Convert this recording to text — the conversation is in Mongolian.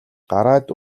гараад